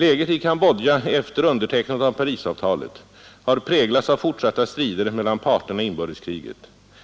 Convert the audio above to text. Läget i Cambodja efter undertecknandet av Parisavtalet har präglats av fortsatta strider mellan parterna i inbördeskriget,